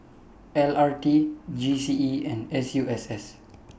L R T G C E and S U S S